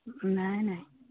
ନାଇଁ ନାଇଁ